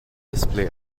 display